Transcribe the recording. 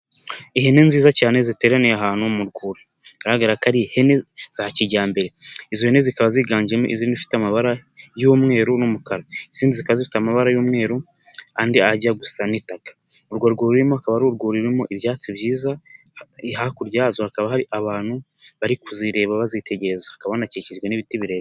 Ihene nziza cyane ziteraniye ahantu mu rwuri bigaragara ko ari ihene za kijyambere. Izo zikaba ziganjemo izindi zifite amabara y'umweru n'umukara, izindi zikaba zifite amabara y'umweru n'ajya gusa n'itaka. Urwo rurimi akaba ari urwuri rurimo ibyatsi byiza, hakuryazo hakaba hari abantu bari kuzireba bazitegereza hakaba hakikijwe n'ibiti.